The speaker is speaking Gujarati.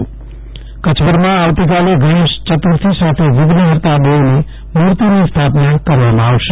જયદીપ વૈષ્ણવ ગણેશ ચતુર્થી કચ્છભરમાં આવતીકાલે ગણેશ ચતુર્થી સાથે વિધ્નફર્તા દેવની મૂર્તિની સ્થાપના કરવામાં આવશે